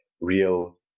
real